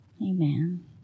Amen